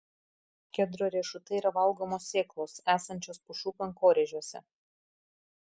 kedro riešutai yra valgomos sėklos esančios pušų kankorėžiuose